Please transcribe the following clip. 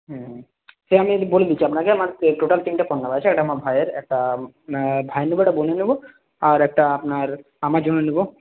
হুম সে আমি বলে দিচ্ছি আপনাকে আমার টোটাল তিনটে ফোন নেওয়ার আছে একটা আমার ভাইয়ের একটা ভাইয়ের নেব একটা বোনের নেব আর একটা আপনার আমার জন্য নেব